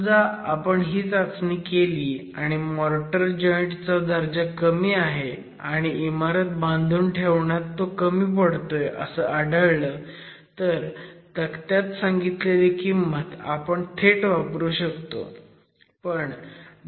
समजा आपण ही चाचणी केली आणि मोर्टर जॉईंट चा दर्जा कमी आहे आणि इमारत बांधून ठेवण्यात तो कमी पडतोय असं आढळलं तर तक्त्यात सांगितलेली किंमत आपण थेट वापरू शकतो